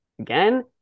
Again